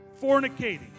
fornicating